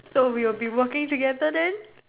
so we will be working together then